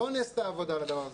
לא נעשתה עבודה על הדבר הזה.